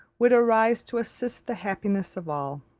would arise to assist the happiness of all.